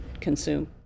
consume